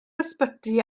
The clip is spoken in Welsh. ysbyty